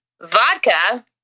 vodka